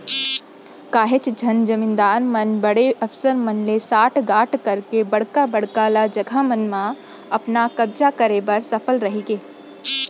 काहेच झन जमींदार मन बड़े अफसर मन ले सांठ गॉंठ करके बड़का बड़का ल जघा मन म अपन कब्जा करे बर सफल रहिगे